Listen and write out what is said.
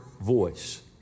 voice